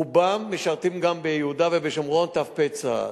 רובם משרתים גם ביהודה ושומרון ת"פ צה"ל,